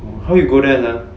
how you go there lah